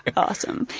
awesome,